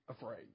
afraid